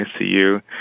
ICU